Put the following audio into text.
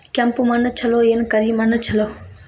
ಕೆಂಪ ಮಣ್ಣ ಛಲೋ ಏನ್ ಕರಿ ಮಣ್ಣ ಛಲೋ?